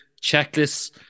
Checklists